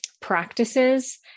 practices